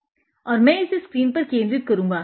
अब मै इसे स्क्रीन पर केन्द्रित करूँगा